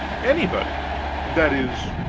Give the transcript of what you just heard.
anybody that is,